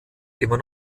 immer